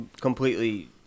Completely